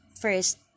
first